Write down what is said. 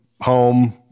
home